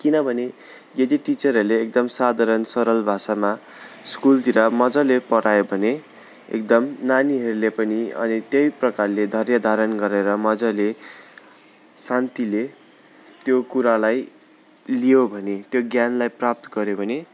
किनभने यदि टिचरहरूले एकदम साधारण सरल भाषामा स्कुलतिर मजाले पढायो भने एकदम नानीहरूले पनि अनि त्यही प्रकारले धैर्य धारण गररेर मजाले शान्तिले त्यो कुरालाई लियो भने त्यो ज्ञानलाई प्राप्त गऱ्यो भने